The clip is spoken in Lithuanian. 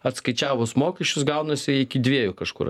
atskaičiavus mokesčius gaunasi iki dviejų kažkur